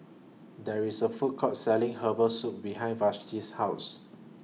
There IS A Food Court Selling Herbal Soup behind Vashti's House